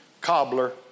cobbler